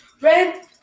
red